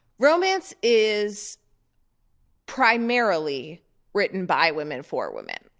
romance is primarily written by women for women.